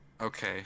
Okay